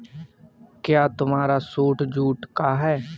क्या तुम्हारा suit jute का है?